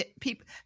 People